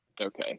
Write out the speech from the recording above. okay